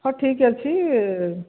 ହଉ ଠିକ୍ ଅଛି